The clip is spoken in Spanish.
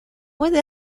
puede